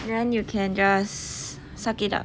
then you can just suck it up